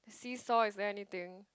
the seesaw is there anything